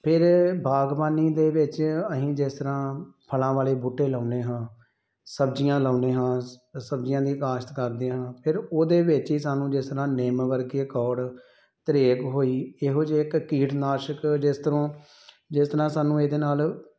ਫਿਰ ਬਾਗਬਾਨੀ ਦੇ ਵਿੱਚ ਅਸੀਂ ਜਿਸ ਤਰ੍ਹਾਂ ਫਲਾਂ ਵਾਲੇ ਬੂਟੇ ਲਾਉਂਦੇ ਹਾਂ ਸਬਜ਼ੀਆਂ ਲਾਉਂਦੇ ਹਾਂ ਸ ਸਬਜ਼ੀਆਂ ਦੀ ਕਾਸ਼ਤ ਕਰਦੇ ਹਾਂ ਫਿਰ ਉਹਦੇ ਵਿੱਚ ਹੀ ਸਾਨੂੰ ਜਿਸ ਤਰ੍ਹਾਂ ਨਿੰਮ ਵਰਗੇ ਕੌੜ ਤਰੇਗ ਹੋਈ ਇਹੋ ਜਿਹੇ ਇੱਕ ਕੀਟਨਾਸ਼ਕ ਜਿਸ ਤਰ੍ਹਾਂ ਜਿਸ ਤਰ੍ਹਾਂ ਸਾਨੂੰ ਇਹਦੇ ਨਾਲ਼